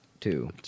two